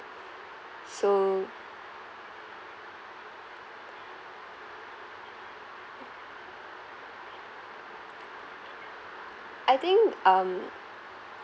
so I think um